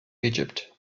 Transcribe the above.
egypt